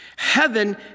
Heaven